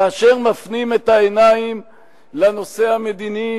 כאשר מפנים את העיניים לנושא המדיני